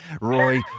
Roy